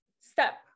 step